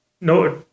no